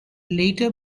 later